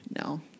No